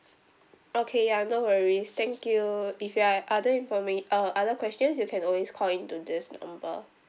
okay ya no worries thank you if you have other informa~ uh other questions you can always call into this number